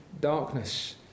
darkness